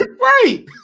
Right